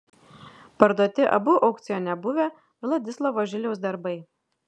parduoti abu aukcione buvę vladislovo žiliaus darbai